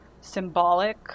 symbolic